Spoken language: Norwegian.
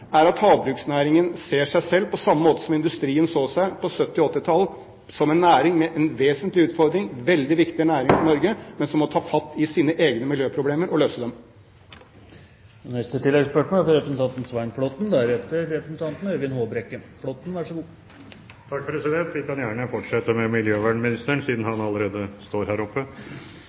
er at havbruksnæringen ser seg selv på samme måte som også industrien så seg selv på 1970–1980 tallet, som en næring med en vesentlig utfordring, en veldig viktig næring for Norge, men som må ta fatt i sine egne miljøproblemer og løse dem. Svein Flåtten – til oppfølgingsspørsmål. Vi kan gjerne fortsette med miljøvernministeren siden han allerede står her oppe.